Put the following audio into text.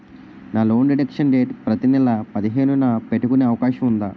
నా loan deduction date ప్రతి నెల పదిహేను న పెట్టుకునే అవకాశం ఉందా?